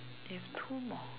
have two more